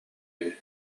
үһү